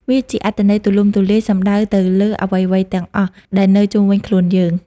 វាជាអត្ថន័យទូលំទូលាយ សំដៅទៅលើ អ្វីៗទាំងអស់ដែលនៅជុំវិញខ្លួនយើង។